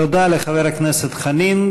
תודה לחבר הכנסת חנין.